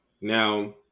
Now